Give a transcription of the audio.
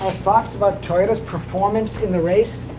about toyota's performance in the race,